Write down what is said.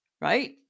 right